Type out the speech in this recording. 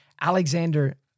Alexander